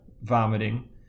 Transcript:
vomiting